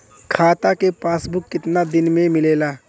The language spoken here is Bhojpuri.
खाता के पासबुक कितना दिन में मिलेला?